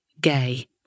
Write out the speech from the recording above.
gay